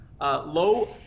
low